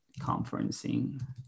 conferencing